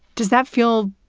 does that feel